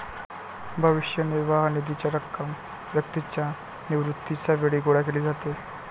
भविष्य निर्वाह निधीची रक्कम व्यक्तीच्या निवृत्तीच्या वेळी गोळा केली जाते